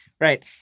Right